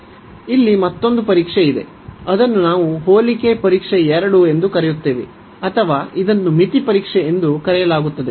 ಇಲ್ಲಿ ಮತ್ತೊಂದು ಪರೀಕ್ಷೆ ಇದೆ ಅದನ್ನು ನಾವು ಹೋಲಿಕೆ ಪರೀಕ್ಷೆ 2 ಎಂದು ಕರೆಯುತ್ತೇವೆ ಅಥವಾ ಇದನ್ನು ಮಿತಿ ಪರೀಕ್ಷೆ ಎಂದು ಕರೆಯಲಾಗುತ್ತದೆ